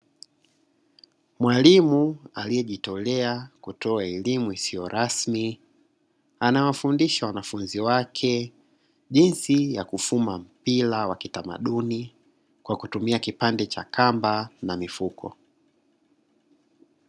Mwalimu aliyejitolea kutoa elimu isiyo rasmi, anawafundisha wanafunzi wake jinsi ya kufuma mpira wa kitamaduni kwa kutumia kipande cha kamba na mifuko.